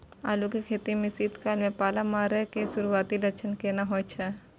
आलू के खेती में शीत काल में पाला मारै के सुरूआती लक्षण केना होय छै?